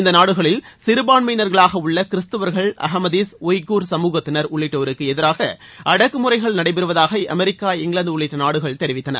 இந்த நாடுகளில் சிறபான்மையினர்களாக உள்ள கிறிஸ்தவர்கள் அகமதிஸ் உய்கூர் சமூகத்தினர் உள்ளிட்டோருக்கு எதிராக அடக்குமுறைகள் நடைபெறுவதாக அமெரிக்கா இங்கிலாந்து உள்ளிட்ட நாடுகள் தெரிவித்தன